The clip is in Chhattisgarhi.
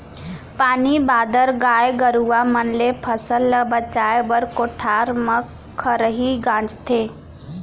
पानी बादर, गाय गरूवा मन ले फसल ल बचाए बर कोठार म खरही गांजथें